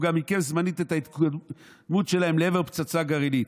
הוא גם עיכב זמנית את ההתקדמות שלהם לעבר פצצה גרעינית.